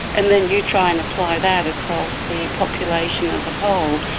and then you try and apply that across the population as a whole,